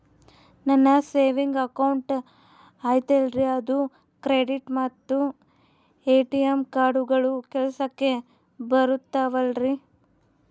ನನ್ನ savings account ಐತಲ್ರೇ ಅದು ಕ್ರೆಡಿಟ್ ಮತ್ತ ಎ.ಟಿ.ಎಂ ಕಾರ್ಡುಗಳು ಕೆಲಸಕ್ಕೆ ಬರುತ್ತಾವಲ್ರಿ?